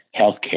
healthcare